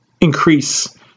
increase